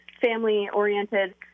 family-oriented